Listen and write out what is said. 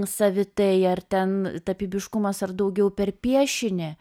savitai ar ten tapybiškumas ar daugiau per piešinį